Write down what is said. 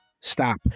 Stop